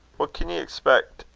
what can ye expec,